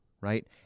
right